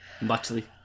Muchly